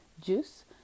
juice